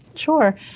Sure